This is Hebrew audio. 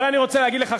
אבל אני רוצה להגיד לך,